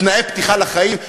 תנאי פתיחה לחיים?